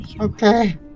Okay